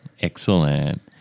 Excellent